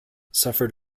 suffered